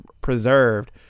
preserved